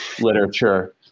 literature